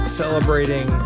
celebrating